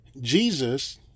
Jesus